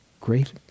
Great